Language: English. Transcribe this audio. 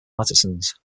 artisans